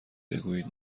بگویید